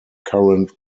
current